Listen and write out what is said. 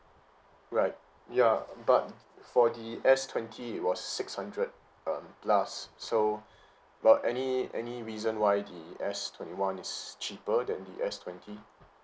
right ya but for the S twenty it was six hundred um plus so got any any reason why the S twenty one is cheaper than the S twenty